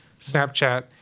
snapchat